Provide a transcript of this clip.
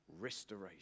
Restoration